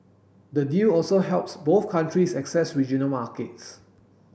the deal also helps both countries access regional markets